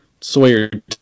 Sawyer